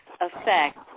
effect